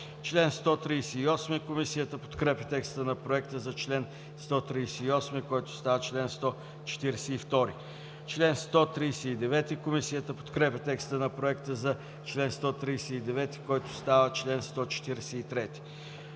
чл. 151. Комисията подкрепя текста на Проекта за чл. 147, който става чл. 152. Комисията подкрепя текста на Проекта за чл. 148, който става чл. 153.